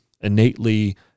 innately